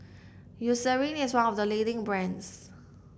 Eucerin is one of the leading brands